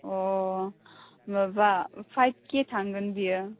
अ' माबा पाइब के थांगोन बेयो